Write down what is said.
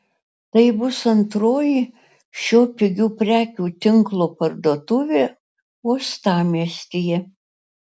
tai bus antroji šio pigių prekių tinklo parduotuvė uostamiestyje